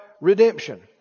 redemption